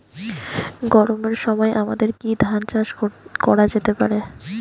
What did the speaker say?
গরমের সময় আমাদের কি ধান চাষ করা যেতে পারি?